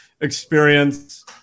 experience